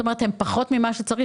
הם פחות ממה שצריך?